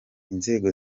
inzego